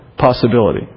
Possibility